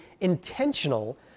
intentional